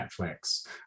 netflix